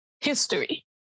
history